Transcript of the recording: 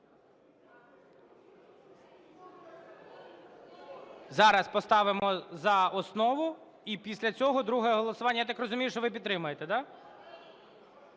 Зараз поставимо за основу, і після цього друге голосування. Я так розумію, що ви підтримуєте, да?